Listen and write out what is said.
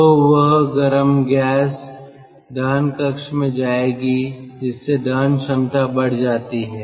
तो वह गर्म गैस दहन कक्ष में जाएगी जिससे दहन क्षमता बढ़ जाती है